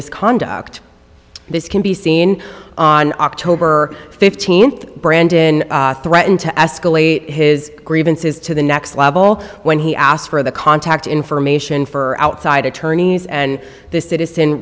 this conduct this can be seen on october fifteenth brandin threaten to escalate his grievances to the next level when he asked for the contact information for outside attorneys and th